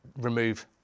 remove